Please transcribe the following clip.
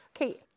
Okay